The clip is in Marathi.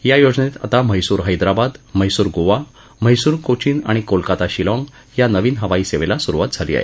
या योजनेत आता म्हैसूर हैदराबाद म्हैसूर गोवा म्हैसूर कोचीन आणि कोलकाता शिलाँग या नवीन हवाई सेवेला सुरुवात झाली आहे